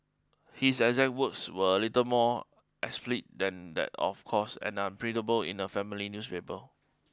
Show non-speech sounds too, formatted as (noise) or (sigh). his exact words were a little more (unintelligible) than that of course and unprintable in a family